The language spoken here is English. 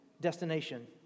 destination